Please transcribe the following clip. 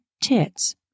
tits